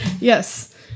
Yes